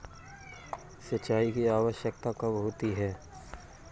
सिंचाई की आवश्यकता कब होती है?